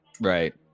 Right